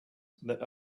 that